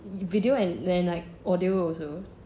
video and then like audio also